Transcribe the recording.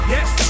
Yes